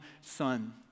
Son